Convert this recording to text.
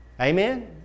Amen